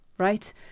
Right